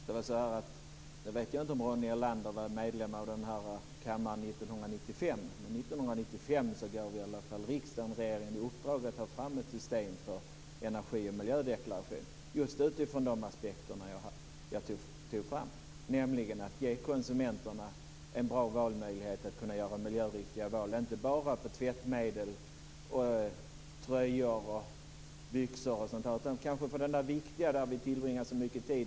Fru talman! Jag vet inte om Ronny Olander var medlem av den här kammaren 1995, men 1995 gav i alla fall riksdagen regeringen i uppdrag att ta fram ett system för energi och miljödeklaration. Man gjorde det just utifrån de aspekter jag tog fram, nämligen att ge konsumenterna en bra möjlighet att göra miljöriktiga val inte bara i fråga om tvättmedel, tröjor, byxor och sådant utan kanske också för det här viktiga där vi tillbringar så mycket tid.